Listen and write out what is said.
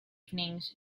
evenings